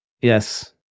Yes